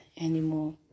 anymore